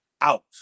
out